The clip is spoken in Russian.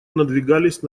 надвигались